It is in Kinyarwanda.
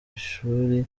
ishuri